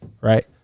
right